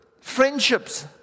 Friendships